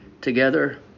together